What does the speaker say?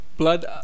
Blood